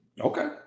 Okay